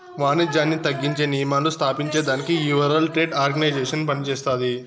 వానిజ్యాన్ని తగ్గించే నియమాలు స్తాపించేదానికి ఈ వరల్డ్ ట్రేడ్ ఆర్గనైజేషన్ పనిచేస్తాది